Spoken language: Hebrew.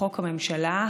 לחוק הממשלה,